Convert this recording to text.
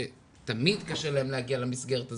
שתמיד קשה להם להגיע למסגרת הזאת,